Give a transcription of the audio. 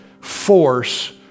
force